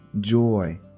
joy